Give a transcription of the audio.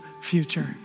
future